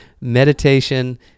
Meditation